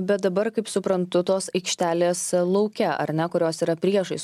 bet dabar kaip suprantu tos aikštelės lauke ar ne kurios yra priešais